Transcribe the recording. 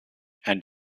and